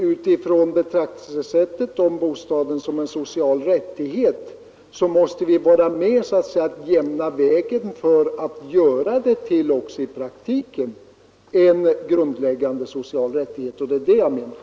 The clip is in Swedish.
Utifrån betraktelsesättet om bostaden som social rättighet måste vi väl ändå kunna vara överens om att vi skall jämna vägen för att också i praktiken kunna göra bostaden till en grundläggande social rättighet. Det är det jag menar.